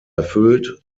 erfüllt